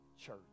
church